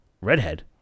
Redhead